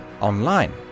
online